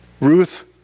Ruth